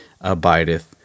abideth